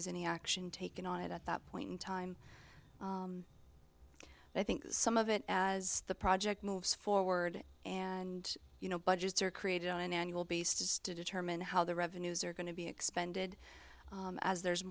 was any action taken on it at that point in time i think some of it as the project moves forward and you know budgets are created on an annual beast as to determine how the revenues are going to be expended as there's